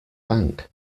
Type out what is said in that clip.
bank